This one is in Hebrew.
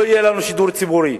לא יהיה לנו שידור ציבורי.